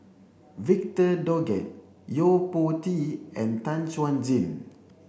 Victor Doggett Yo Po Tee and Tan Chuan Jin